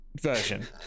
version